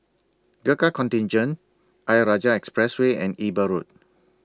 Gurkha Contingent Ayer Rajah Expressway and Eber Road